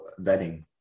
vetting